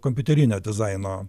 kompiuterinio dizaino